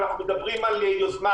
אנחנו מדברים על יוזמה,